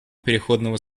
переходного